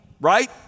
right